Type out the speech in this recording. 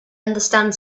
understand